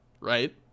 right